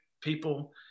people